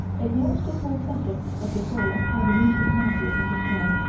ignores the whole subject of the fall of carbonaceous matter from the sky.